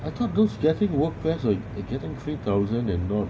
I thought those getting workfare like you getting three thousand and not